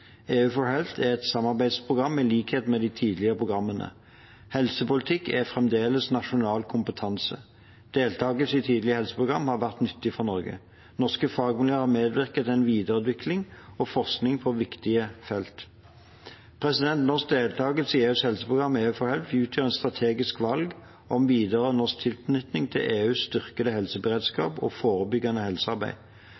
er et samarbeidsprogram i likhet med de tidligere programmene. Helsepolitikk er fremdeles nasjonal kompetanse. Deltakelse i tidligere helseprogrammer har vært nyttig for Norge. Norske fagmiljøer har medvirket til en videreutvikling og forskning på viktige felt. Norsk deltakelse i EUs helseprogram EU4Health utgjør et strategisk valg om videre norsk tilknytning til EUs styrkede